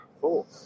cool